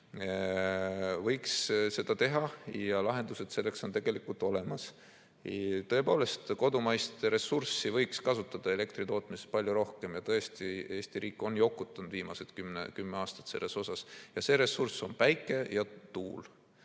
Võiks seda ikkagi teha ja lahendused selleks on tegelikult olemas. Tõepoolest, kodumaist ressurssi võiks kasutada elektri tootmiseks palju rohkem. Eesti riik on jokutanud viimased kümme aastat selles osas. See ressurss on päike ja tuul.